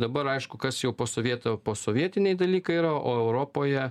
dabar aišku kas jau po sovietų posovietiniai dalykai yra o europoje